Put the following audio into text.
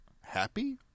happy